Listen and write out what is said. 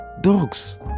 Dogs